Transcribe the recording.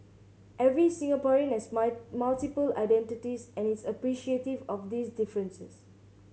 every Singaporean has my multiple identities and is appreciative of these differences